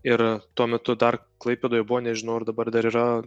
ir tuo metu dar klaipėdoje buvo nežinau ar dabar dar yra